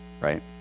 right